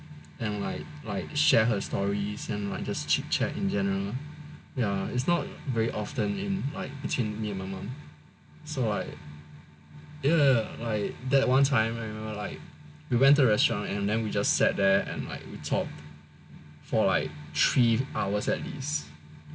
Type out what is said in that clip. and like like share her stories and like just chit chat in general ya it's not very often in like between me and my mum so like ya like that one time I remember like we went the restaurant and then we just sat there and like we talk for like three hours at least